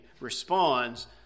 responds